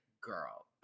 girl